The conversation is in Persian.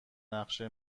نقشه